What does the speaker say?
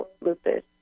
lupus